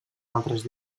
altres